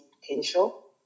potential